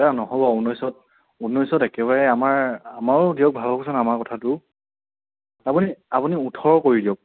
দাদা নহ'ব ঊনৈছত ঊনৈছত একেবাৰে আমাৰ আমাৰো দিয়ক ভাবকচোন আমাৰ কথাটোও আপুনি আপুনি ওঠৰ কৰি দিয়ক